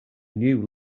new